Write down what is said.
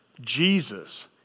Jesus